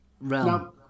realm